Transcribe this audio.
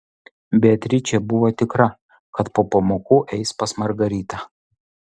beatričė buvo tikra kad po pamokų eis pas margaritą